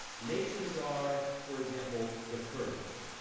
nations are, for example, the kurds,